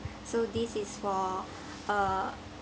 so this is for uh